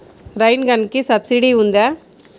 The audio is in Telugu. రైన్ గన్కి సబ్సిడీ ఉందా?